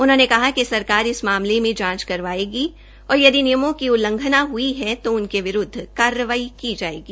उन्होंने कहा कि सरकार इस मामले में जांच करवाएगी तथा यदि नियमों की उल्लघंना हुई है तो उनके विरूद्घ कार्यवाही की जाएगी